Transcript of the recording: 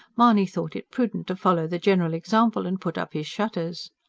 mahony thought it prudent to follow the general example and put up his shutters.